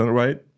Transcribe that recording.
right